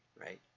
Right